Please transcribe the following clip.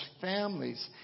families